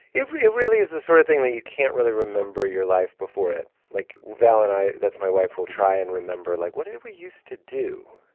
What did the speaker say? it really is the sort of thing that you can't really remember your life before it. like, val and i that's my wife will try and remember like, what did we used to do?